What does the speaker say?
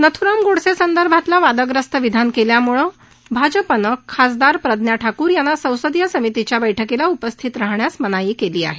नथ्राम गोडसे संदर्भातलं वादग्रस्त विधान केल्यामुळे भाजपानं खासदार प्रज्ञा ठाकूर यांना संसदीय समितीच्या बैठकीला उपस्थित राहण्यास मनाई केली आहे